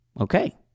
okay